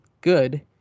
good